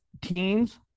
teens